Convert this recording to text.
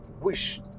wish